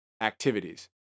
activities